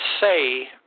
say